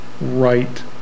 right